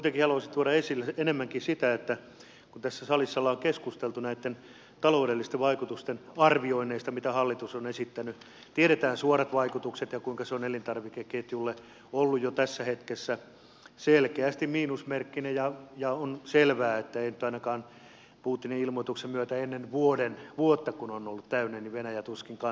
kuitenkin haluaisin tuoda esille ja perätä enemmänkin sitä kun tässä salissa ollaan keskusteltu näitten taloudellisten vaikutusten arvioinneista mitä hallitus on esittänyt tiedetään suorat vaikutukset ja se kuinka se on elintarvikeketjulle ollut jo tässä hetkessä selkeästi miinusmerkkinen ja on selvää että ei putinin ilmoituksen myötä ainakaan ennen kuin vuosi on täynnä venäjä tuskinpa